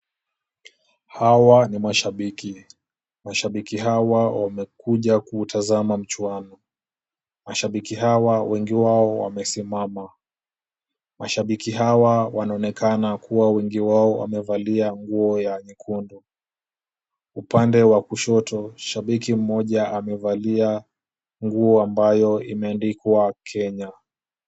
Hawa ni mashabiki. Mashabiki hawa wamekuja kuutazama mchuano. Mashabiki hawa wengi wao wemesimama. Mashabiki hawa wanaonekana kuwa wengi wao wamevalia nguo ya nyekundu. Upande wa kushoto, shabiki mmoja amevalia nguo ambayo imeandikwa Kenya.